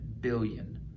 billion